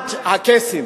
מעמד הקייסים,